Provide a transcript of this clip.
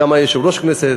גם יושב-ראש הכנסת,